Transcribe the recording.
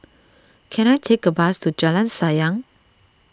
can I take a bus to Jalan Sayang